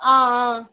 ஆ ஆ